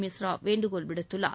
மிஸ்ரா வேண்டுகோள் விடுத்துள்ளார்